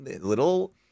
little